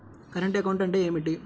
Current account అంటే ఏమిటి?